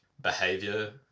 behavior